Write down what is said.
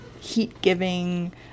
heat-giving